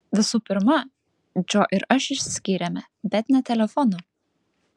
visų pirma džo ir aš išsiskyrėme bet ne telefonu